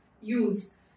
use